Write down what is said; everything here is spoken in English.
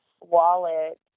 wallet